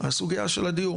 הסוגייה של הדיור.